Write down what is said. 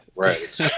right